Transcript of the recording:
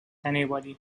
anybody